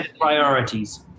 priorities